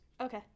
Okay